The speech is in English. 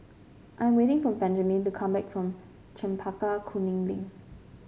I'm waiting for Benjaman to come back from Chempaka Kuning Link